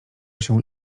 się